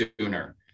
sooner